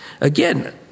Again